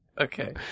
Okay